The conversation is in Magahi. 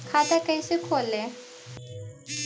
खाता कैसे खोले?